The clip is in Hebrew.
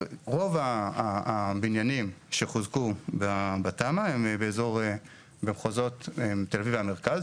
רוב הבניינים שחוזקו בתמ"א הם במחוזות תל אביב והמרכז,